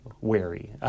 wary